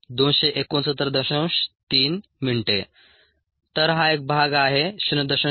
3 minutes तर हा एक भाग आहे 0